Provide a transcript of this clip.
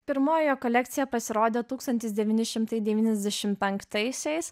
pirmoji jo kolekcija pasirodė tūkstantis devyni šimtai devyniasdešim penktaisiais